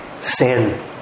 sin